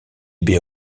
baies